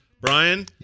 Brian